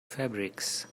fabrics